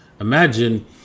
imagine